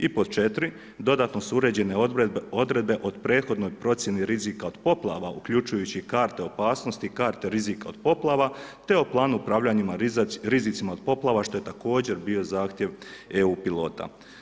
I pod 4. dodatno su uređene odredbe od prethodne procjene rizike od poplava uključujući karte opasnosti i karte rizika od poplava, te o planu upravljanja rizicima od poplavama što je također bio zahtjev EU pilota.